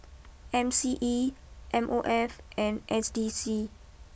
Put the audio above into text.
M C E M O F and S D C